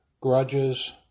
grudges